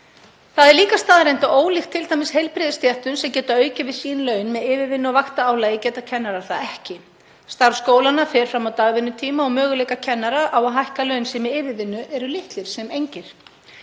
Það er líka staðreynd að ólíkt t.d. heilbrigðisstéttum, sem geta aukið við sín laun með yfirvinnu og vaktaálagi, geta kennarar það ekki. Starf skólanna fer fram á dagvinnutíma og möguleikar kennara á að hækka laun sín með yfirvinnu eru litlir sem engir.